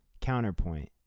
Counterpoint